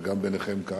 וגם ביניכם כאן,